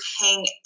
hang